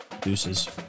Deuces